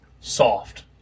soft